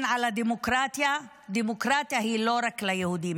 על הדמוקרטיה: דמוקרטיה היא לא רק ליהודים,